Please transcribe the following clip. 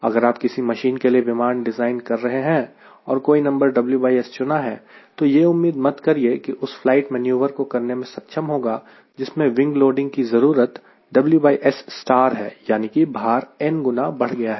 अगर आप किसी मिशन के लिए विमान डिज़ाइन कर रहे हैं और कोई नंबर WS चुना है तो यह उम्मीद मत करिए कि यह उस फ्लाइट मैन्युवर को करने में सक्षम होगा जिसमें विंग लोडिंग की जरूरत WS है यानी कि भार n गुना बढ़ गया है